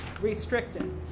restricted